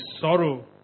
sorrow